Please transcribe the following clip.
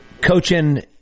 coaching